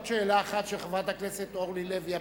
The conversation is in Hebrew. עוד שאלה אחת, של חברת הכנסת אורלי לוי אבקסיס.